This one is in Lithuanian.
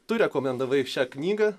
tu rekomendavai šią knygą